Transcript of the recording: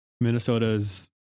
Minnesota's